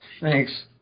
Thanks